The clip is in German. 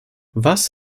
was